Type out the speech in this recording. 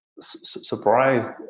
surprised